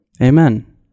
Amen